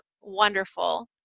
wonderful